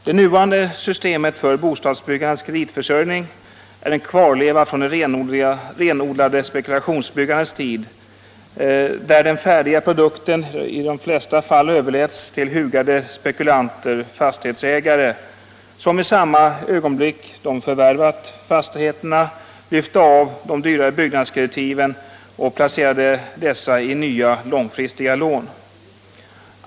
Det nuvarande systemet för bostadsbyggandets kreditförsörjning är en kvarleva från det renodlade spekulationsbyggandets tid, då den färdiga produkten i de flesta fall överläts till hugade spekulanter-fastighetsägare, som i samma ögonblick de förvärvade fastigheterna lyfte av de dyrare byggnadskreditiven och placerade dessa i nya långfristiga lån.